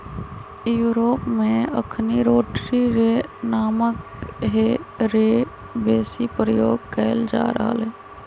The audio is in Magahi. यूरोप में अखनि रोटरी रे नामके हे रेक बेशी प्रयोग कएल जा रहल हइ